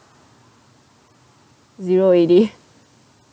zero already